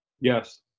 Yes